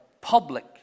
public